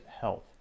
health